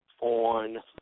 on